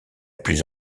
plus